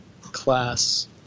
class